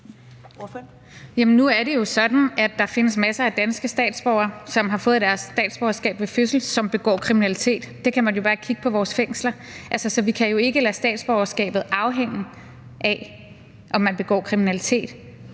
nu er det jo sådan, at der findes masser af danske statsborgere, som har fået deres statsborgerskab ved fødsel, som begår kriminalitet. Der kan man jo bare kigge på vores fængsler, så vi kan jo ikke lade statsborgerskabet afhænge af, om man begår kriminalitet.